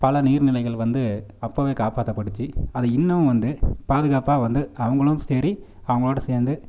பல நீர்நிலைகள் வந்து அப்போவே காப்பாற்ற பட்டுச்சு அதை இன்னுமும் வந்து பாதுகாப்பாக வந்து அவங்களும் சரி அவங்களோட சேர்ந்து